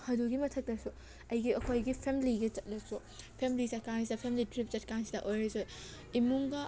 ꯑꯗꯨꯒꯤ ꯃꯊꯛꯇꯁꯨ ꯑꯩꯒꯤ ꯑꯩꯈꯣꯏ ꯐꯦꯝꯂꯤꯒꯤ ꯆꯠꯂꯁꯨ ꯐꯦꯝꯂꯤ ꯆꯠꯄꯀꯥꯟꯁꯤꯗ ꯐꯦꯝꯂꯤ ꯇꯔꯤꯞ ꯆꯠꯄꯀꯥꯟꯁꯤꯗ ꯑꯣꯏꯔꯁꯨ ꯏꯃꯨꯡꯒ